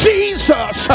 Jesus